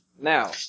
Now